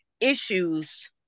issues